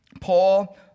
Paul